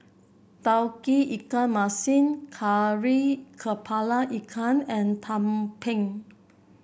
Tauge Ikan Masin Kari kepala Ikan and tumpeng